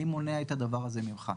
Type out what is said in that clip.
אני מונע את הדבר זה ממך.